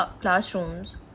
classrooms